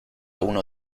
uno